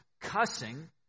cussing